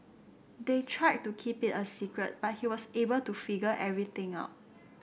they tried to keep it a secret but he was able to figure everything out